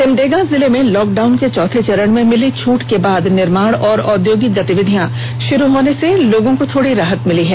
सिमडेगा जिले में लॉकडाउन के चौथे चरण में मिली छट के बाद निर्माण और औद्योगिक गतिविधियां शुरू होने से लोगों को थोड़ी राहत मिली है